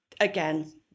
again